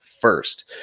first